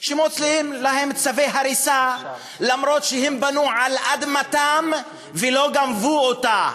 שמוציאים להם צווי הריסה אף שהם בנו על אדמתם ולא גנבו אותה.